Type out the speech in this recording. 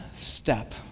step